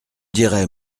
dirai